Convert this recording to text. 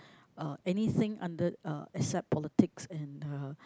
uh anything under uh except politics and uh